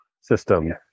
system